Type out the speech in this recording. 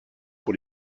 pour